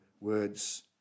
words